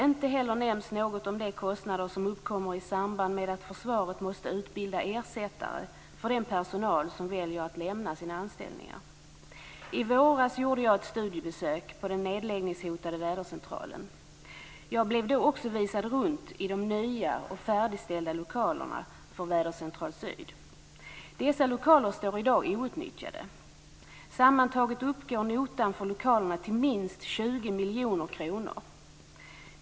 Inte heller nämns något om de kostnader som uppkommer i samband med att försvaret måste utbilda ersättare för den personal som väljer att lämna sina anställningar. I våras gjorde jag ett studiebesök på den nedläggningshotade vädercentralen. Jag blev då också visad runt i de nya och färdigställda lokalerna för Vädercentral syd. Dessa lokaler står i dag outnyttjade. Sammantaget uppgår notan för lokalerna till minst 20 miljoner kronor.